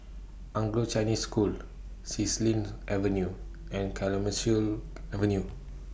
Anglo Chinese School Xilin Avenue and Clemenceau Avenue